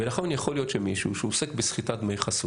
ולכן יכול להיות מישהו שעוסק בסחיטת דמי חסות,